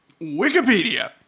Wikipedia